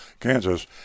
Kansas